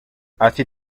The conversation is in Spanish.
así